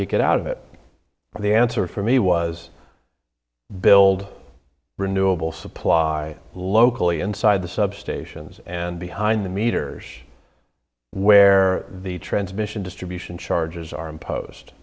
you get out of it and the answer for me was build renewal supply locally inside the substations and behind the meters where the transmission distribution charges are imposed